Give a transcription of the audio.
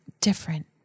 different